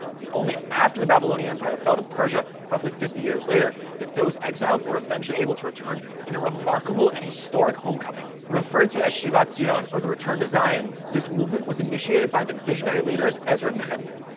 it was only after the babylonian empire fell to persia, roughly fifty years later, that those exiled were eventually able to return in a remarkable and historic homecoming. referred to as shivat zion or the return to zion, this movement was initiated by the visionary leaders ezra and nechemya.